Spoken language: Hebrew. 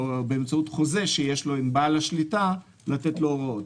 חוזה שיש לו עם בעל השליטה לתת לו הוראות.